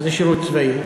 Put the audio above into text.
מה זה שירות צבאי?